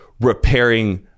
repairing